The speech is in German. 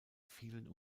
fielen